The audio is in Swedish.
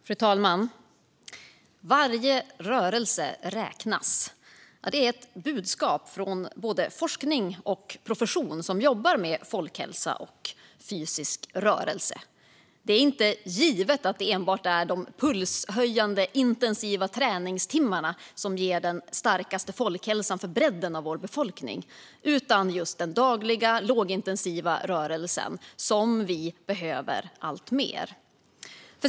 Fru talman! Varje rörelse räknas. Det är ett budskap från både forskning och profession som jobbar med folkhälsa och fysisk rörelse. Det är inte givet att det enbart är de pulshöjande intensiva träningstimmarna som ger den starkaste folkhälsan för bredden av vår befolkning, utan det är den dagliga lågintensiva rörelsen som vi behöver alltmer.